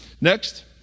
Next